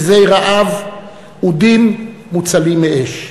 מזי רעב, אודים מוצלים מאש.